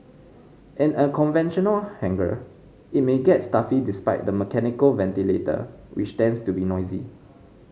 in a conventional hangar it may get stuffy despite the mechanical ventilator which tends to be noisy